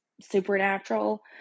Supernatural